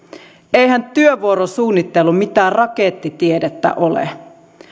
eihän työvuorosuunnittelu mitään rakettitiedettä ole